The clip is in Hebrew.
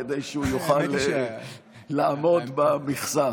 כדי שהוא יוכל לעמוד במכסה.